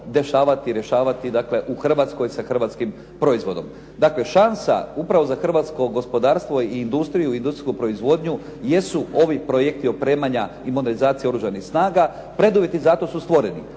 dešavati, rješavati dakle u Hrvatskoj sa hrvatskim proizvodom. Dakle, šansa upravo za hrvatsko gospodarstvo i industriju i industrijsku proizvodnju jesu ovi projekti opremanja i modernizacije Oružanih snaga. Preduvjeti za to su stvoreni.